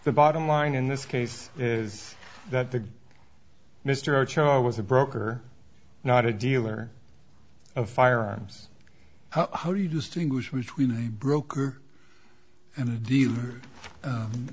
the bottom line in this case is that the mr cho was a broker not a dealer of firearms how do you distinguish between a broker and a dealer